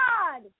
God